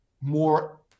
more